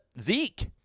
Zeke